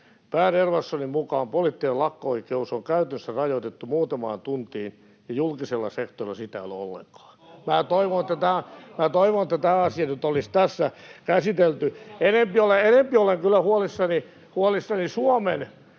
”Per Ewaldssonin mukaan poliittinen lakko-oikeus on käytännössä rajoitettu muutamaan tuntiin, ja julkisella sektorilla sitä ei ole ollenkaan.” [Oikealta: Oho!] Minä toivon, että tämä asia nyt olisi tässä käsitelty. Enempi olen kyllä huolissani Suomen tilanteesta,